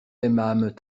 aimâmes